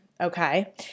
Okay